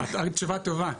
התשובה הטובה.